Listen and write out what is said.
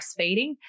breastfeeding